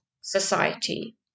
society